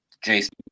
Jason